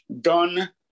done